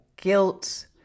guilt